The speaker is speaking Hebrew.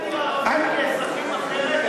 אתה רוצה להגדיר ערבים כאזרחים אחרת?